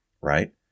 right